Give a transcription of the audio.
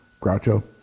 Groucho